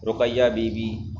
Ruqaiya Bibi be